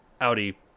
Audi